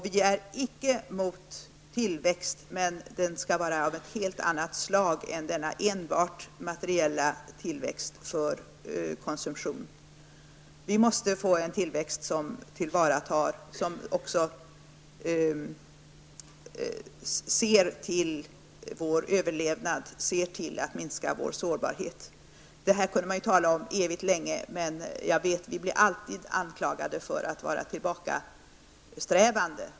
Vi är icke emot tillväxt, men den skall vara av ett helt annat slag än enbart materiell tillväxt för konsumtion. Vi måste få en tillväxt som också ser till vår överlevnad, ser till att minska vår sårbarhet. Detta kunde man tala om evigt, men jag vet att vi alltid blir anklagade för att vara tillbakasträvande.